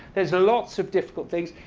there's ah lots of difficult things.